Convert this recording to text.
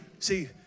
See